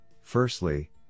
Firstly